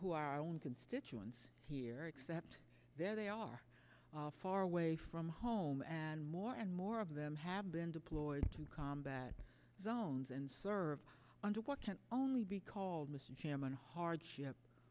who are our own constituents here except there they are far away from home and more and more of them have been deployed to combat zones and serve under what can only be called mr chairman hardship